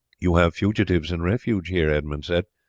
you have fugitives in refuge here, edmund said.